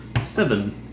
Seven